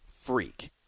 freak